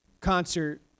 concert